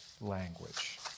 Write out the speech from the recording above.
language